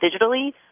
digitally